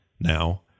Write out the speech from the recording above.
now